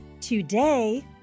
Today